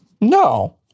No